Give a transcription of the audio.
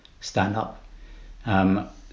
stand-up